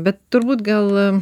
bet turbūt gal